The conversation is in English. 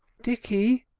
dicky,